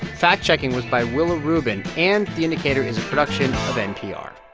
fact-checking was by willa rubin, and the indicator is a production of npr